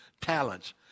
talents